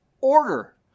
order